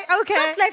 Okay